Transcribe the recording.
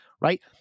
Right